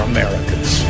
Americans